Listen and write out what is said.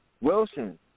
Wilson